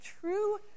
true